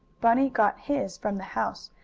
bunny got his from the house,